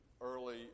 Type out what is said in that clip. early